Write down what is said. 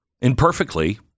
Imperfectly